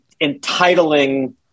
entitling